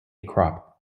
crop